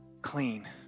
clean